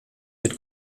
mit